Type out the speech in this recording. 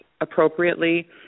appropriately